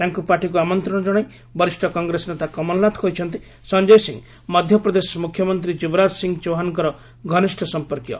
ତାଙ୍କୁ ପାର୍ଟିକୁ ଆମନ୍ତ୍ରଣ ଜଣାଇ ବରିଷ୍ଠ କଂଗ୍ରେସ ନେତା କମଲନାଥ କହିଛନ୍ତି ସଞ୍ଜୟ ସିଂ ମଧ୍ୟପ୍ରଦେଶ ମ୍ରଖ୍ୟମନ୍ତ୍ରୀ ଯୁବରାଜ ସିଂ ଚୌହାନଙ୍କର ଘନିଷ୍ଠ ସମ୍ପର୍କୀୟ